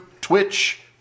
twitch